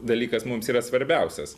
dalykas mums yra svarbiausias